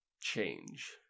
change